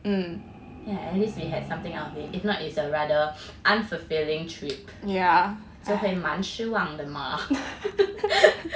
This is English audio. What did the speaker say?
yeah at least you had something out there if not it's a rather unfulfilling trip 就会蛮失望的嘛